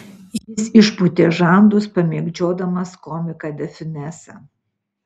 jis išpūtė žandus pamėgdžiodamas komiką de fiunesą